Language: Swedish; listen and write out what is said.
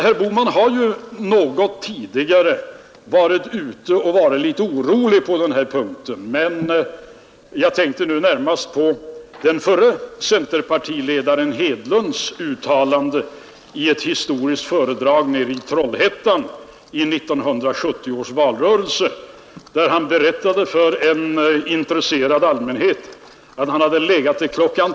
Herr Bohman har ju tidigare varit litet orolig på den punkten. Jag tänker där närmast på förre centerpartiledaren herr Hedlunds uttalande i ett historiskt föredrag i Trollhättan i 1970 års valrörelse. Han berättade då för en intresserad allmänhet att han till kl.